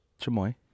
Chamoy